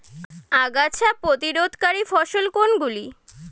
আগাছা প্রতিরোধকারী ফসল কোনগুলি?